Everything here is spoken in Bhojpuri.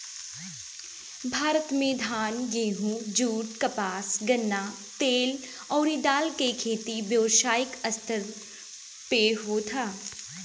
भारत में धान, गेंहू, जुट, कपास, गन्ना, तेल अउरी दाल के खेती व्यावसायिक स्तर पे होत ह